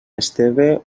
esteve